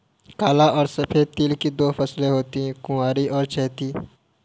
काला और सफेद तिल की दो फसलें होती है कुवारी और चैती